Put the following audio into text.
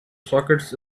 sockets